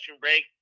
break